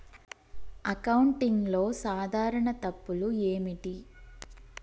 అకౌంటింగ్లో సాధారణ తప్పులు ఏమిటి?